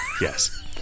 yes